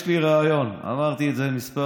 יש לי רעיון, אמרתי את זה כמה פעמים.